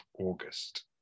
August